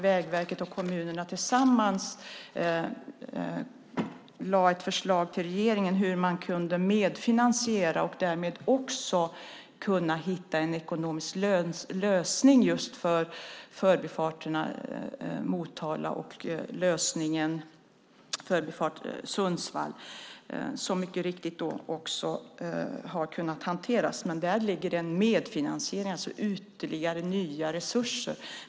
Vägverket och kommunerna lade tillsammans fram ett förslag till regeringen om hur man kunde medfinansiera och därmed hitta en ekonomisk lösning till förbifarterna Motala och Sundsvall. Det har mycket riktigt också kunnat hanteras. Där finns det en medfinansiering, alltså ytterligare resurser.